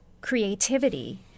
creativity